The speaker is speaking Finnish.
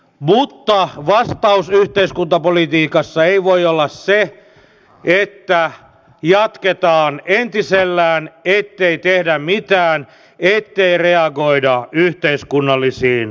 mutta vastaus yhteiskuntapolitiikassa ei voi olla se että jatketaan entisellään ettei tehdä mitään ettei reagoida yhteiskunnallisiin muutoksiin